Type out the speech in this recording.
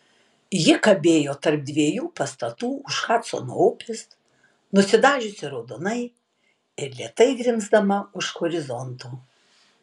ji kabėjo tarp dviejų pastatų už hadsono upės nusidažiusi raudonai ir lėtai grimzdama už horizonto